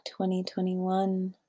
2021